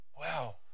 Wow